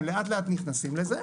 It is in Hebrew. הם לאט-לאט נכנסים לזה.